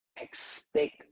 expect